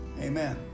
Amen